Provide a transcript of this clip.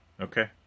Okay